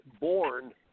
born